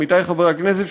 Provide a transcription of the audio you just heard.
עמיתי חברי הכנסת,